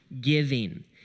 giving